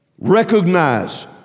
Recognize